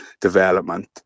development